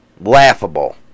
Laughable